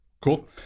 Cool